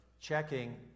checking